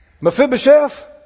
Mephibosheth